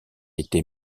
été